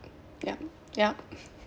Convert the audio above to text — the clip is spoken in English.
ya ya